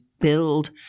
build